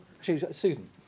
Susan